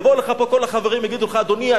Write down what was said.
יבואו לך פה כל החברים ויגידו לך: אדוני,